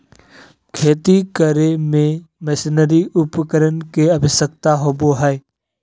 खेती करे में मशीनरी उपकरण के आवश्यकता होबो हइ